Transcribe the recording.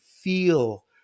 feel